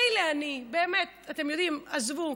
מילא אני, באמת, אתם יודעים, עזבו.